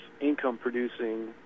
income-producing